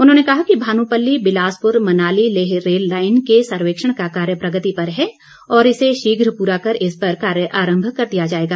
उन्होंने कहा करोड कि भानुपल्ली बिलासपुर मनाली लेह रेल लाईन के सर्वेक्षण का कारण प्रगति पर है और इसे शीघ पूरा कर इस पर काम आरंभ कर दिया जाएगा